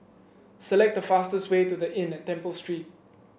select the fastest way to The Inn at Temple Street